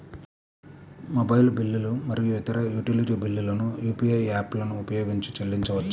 mobile బిల్లులు మరియు ఇతర యుటిలిటీ బిల్లులను యూ.పీ.ఐ యాప్లను ఉపయోగించి చెల్లించవచ్చు